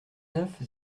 neuf